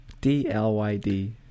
D-L-Y-D